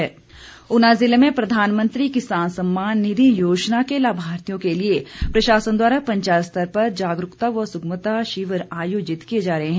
किसान सम्मान ऊना जिले में प्रधानमंत्री किसान सम्मान निधि योजना के लाभार्थियों के लिए प्रशासन द्वारा पंचायत स्तर पर जागरूकता व सुगमता शिविर आयोजित किए जा रहे हैं